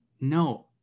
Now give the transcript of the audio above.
no